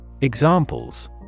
Examples